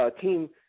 team –